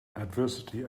adversity